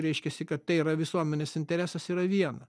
reiškiasi kad tai yra visuomenės interesas yra viena